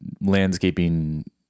landscaping